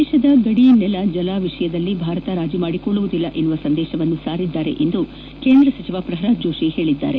ದೇಶದ ಗಡಿ ನೆಲ ಜಲ ವಿಷಯದಲ್ಲಿ ಭಾರತ ರಾಜಿ ಮಾಡಿಕೊಳ್ಳುವುದಿಲ್ಲ ಎಂಬ ಸಂದೇಶವನ್ನು ಸಾರಿದ್ದಾರೆ ಎಂದು ಕೇಂದ್ರ ಸಚಿವ ಪ್ರಲ್ವಾದ್ ಜೋಷಿ ಹೇಳಿದ್ದಾರೆ